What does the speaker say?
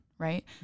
Right